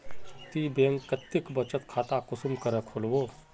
ती बैंक कतेक बचत खाता कुंसम करे खोलबो?